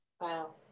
Wow